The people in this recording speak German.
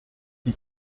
sie